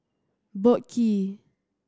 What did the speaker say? Boat Quay